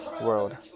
world